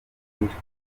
byinshi